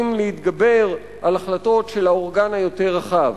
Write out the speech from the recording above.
להתגבר על ההחלטות של האורגן היותר רחב.